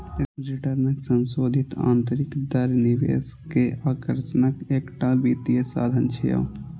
रिटर्नक संशोधित आंतरिक दर निवेश के आकर्षणक एकटा वित्तीय साधन छियै